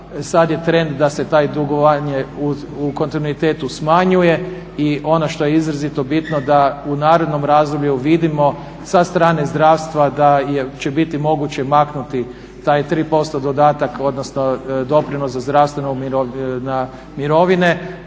Sad je trend da se to dugovanje u kontinuitetu smanjuje. I ono što je izrazito bitno da u narednom razdoblju vidimo sa strane zdravstva da će biti moguće maknuti taj 3% dodatak odnosno doprinos za zdravstveno za mirovine